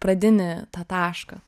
pradinį tą tašką